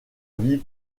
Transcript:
vie